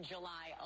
July